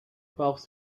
brauchst